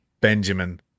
Benjamin